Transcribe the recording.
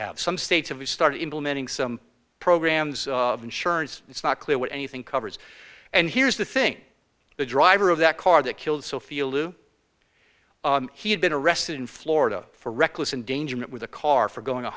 have some states have started implementing some programs insurance it's not clear what anything covers and here's the thing the driver of that car that killed sophia lou he had been arrested in florida for reckless endangerment with a car for going